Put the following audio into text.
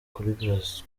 kuri